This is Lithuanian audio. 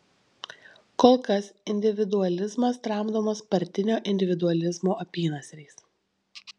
kol kas individualizmas tramdomas partinio individualizmo apynasriais